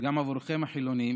גם עבורכם, החילונים,